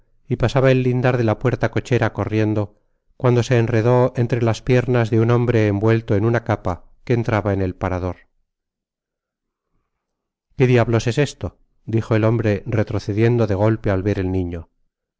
y pasaba el lindar de la puerta cochera corriendo cuando se enredó entre las piernas de un hombre envuelto en una capa que entraba en el parador qué diablos es esto dijo el hombre retrocediendo de golpe al ver el niño